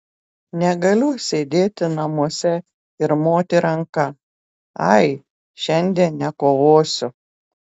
negaliu sėdėti namuose ir moti ranka ai šiandien nekovosiu